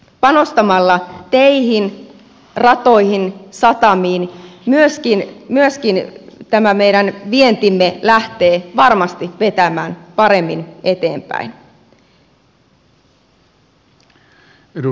panostamalla teihin ratoihin satamiin myöskin tämä meidän vientimme lähtee varmasti vetämään paremmin eteenpäin